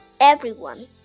everyone